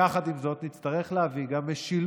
יחד עם זאת, נצטרך להביא גם משילות